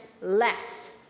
less